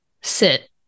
sit